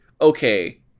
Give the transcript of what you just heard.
okay